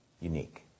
Unique